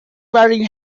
wearing